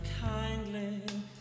kindly